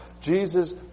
Jesus